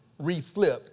reflipped